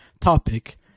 topic